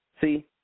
See